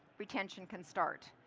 retention can start.